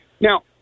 Now